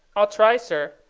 i'll try, sir.